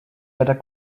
better